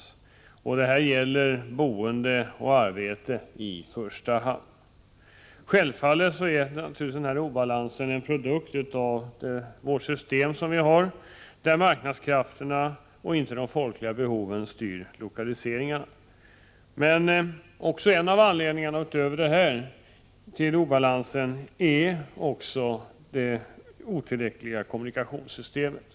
Detta gäller i första hand boende och arbete. Självfallet är naturligtvis denna obalans en produkt av det system som vi har, där marknadskrafterna och inte de folkliga behoven styr lokaliseringarna. En annan anledning till obalansen är det otillräckliga kommunikationssystemet.